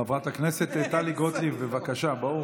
חברת הכנסת טלי גוטליב, בבקשה.